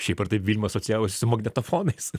šiaip ar taip vilma asocijavosi su magnetofonais